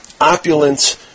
opulent